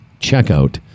checkout